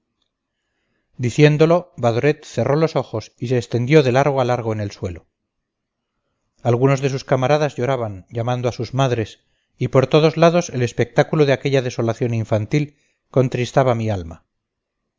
diciéndolo badoret cerró los ojos y se extendió de largo a largo en el suelo algunos de sus camaradas lloraban llamando a sus madres y por todos lados el espectáculo de aquella desolación infantil contristaba mi alma